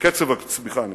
לקצב הצמיחה.